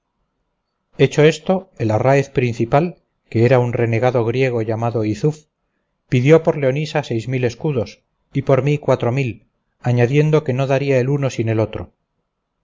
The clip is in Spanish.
hecho esto el arráez principal que era un renegado griego llamado yzuf pidió por leonisa seis mil escudos y por mí cuatro mil añadiendo que no daría el uno sin el otro